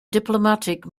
diplomatic